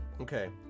Okay